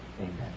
amen